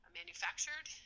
manufactured